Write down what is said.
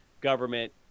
government